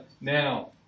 now